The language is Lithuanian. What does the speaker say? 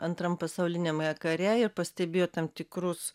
antram pasauliniame kare ir pastebėjo tam tikrus